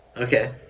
Okay